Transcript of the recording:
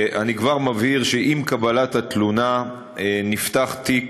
אני כבר מבהיר שעם קבלת התלונה נפתח תיק